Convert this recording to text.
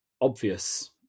obvious